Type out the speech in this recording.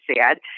sad